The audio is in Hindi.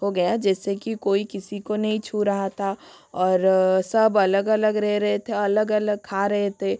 हो गया जैसे कि कोई किसी को नहीं छू रहा था और सब अलग अलग रह रहे थे औ अलग अलग खा रहे थे